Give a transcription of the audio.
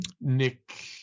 nick